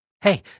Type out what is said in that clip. Hey